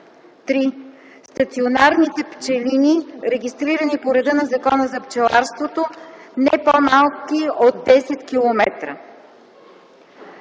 3. стационарни пчелини, регистрирани по реда на Закона за пчеларството – не по-малки от 10 км”.